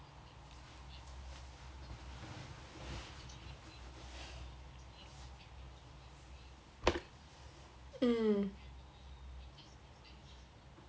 mm